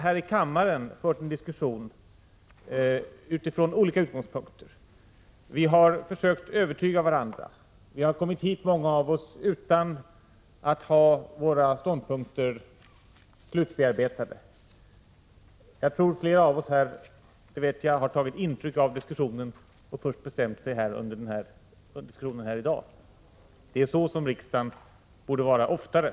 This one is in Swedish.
Här i kammaren har vi fört en diskussion utifrån olika utgångspunkter. Vi har försökt övertyga varandra. Många av oss har kommit till debatten utan att ha sina ståndpunkter slutgiltigt bearbetade. Flera har tagit intryck av och bestämt sig först efter den diskussion som förts här i dag. Så borde riksdagen fungera oftare.